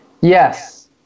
Yes